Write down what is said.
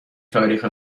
تاریخ